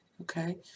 Okay